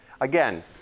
Again